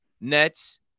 Nets